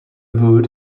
wood